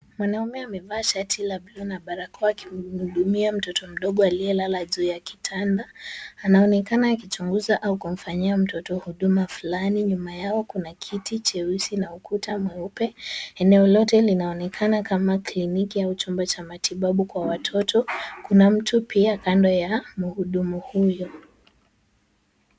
Mwanaume amevaa shati la bluu na barakoa akimhudumia mtoto mdogo aliyelala juu ya kitanda. Anaonekana akichunguza au kumfanyia mtoto huduma fulani. Nyuma yao kuna kiti cheusi na ukuta mweupe. Eneo lote linaonekana kama kliniki au chumba cha matibabu kwa watoto. Kuna mtu pia kando ya muhudumu huyo.